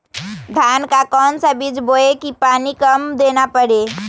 धान का कौन सा बीज बोय की पानी कम देना परे?